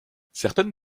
certaines